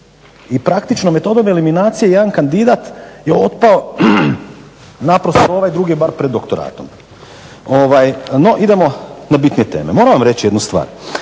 I praktičnom metodom eliminacije jedan kandidat je otpao naprosto a ovaj drugi je bar pred doktoratom. No idemo na bitnije teme. Moram vam reći jednu stvar,